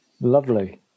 Lovely